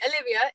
Olivia